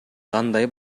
кандай